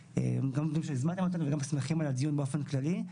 אנחנו גם מודים שהזמנתם אותנו וגם שמחים על הדיון באופן כללי.